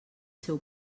seu